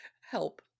help